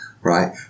Right